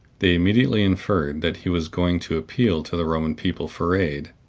they immediately inferred that he was going to appeal to the roman people for aid,